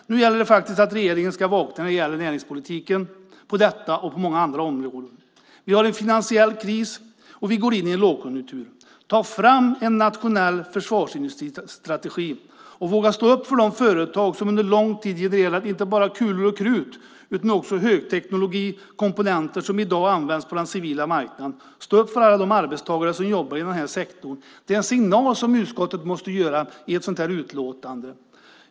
Nu gäller det faktiskt att regeringen vaknar när det gäller näringspolitiken på detta och på många andra områden. Vi har en finansiell kris, och vi går in i en lågkonjunktur. Ta fram en nationell förvarsindustristrategi och våga stå upp för de företag som under lång tid levererat inte bara kulor och krut utan också högteknologikomponenter som i dag används på den civila marknaden. Stå upp för alla de arbetstagare som jobbar inom sektorn. Det är en signal som utskottet måste ge i ett sådant här utlåtande.